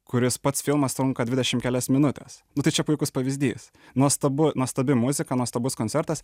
kuris pats filmas trunka dvidešim kelias minutes nu tai čia puikus pavyzdys nuostabu nuostabi muzika nuostabus koncertas